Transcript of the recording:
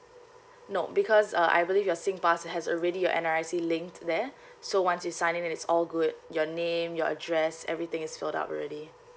no because uh I believe your singpass has already your N_R_I_C linked there so once you sign in then it's all good your name your address everything is filled up already